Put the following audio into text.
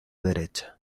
derecha